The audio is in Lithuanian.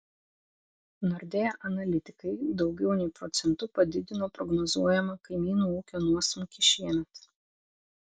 nordea analitikai daugiau nei procentu padidino prognozuojamą kaimynų ūkio nuosmukį šiemet